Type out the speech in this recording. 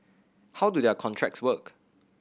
how do their contracts work